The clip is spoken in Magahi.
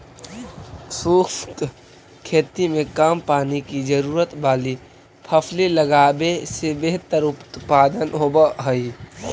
शुष्क खेती में कम पानी की जरूरत वाली फसलें लगावे से बेहतर उत्पादन होव हई